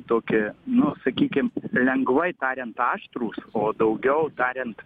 tokie nu sakykim lengvai tariant aštrūs o daugiau tariant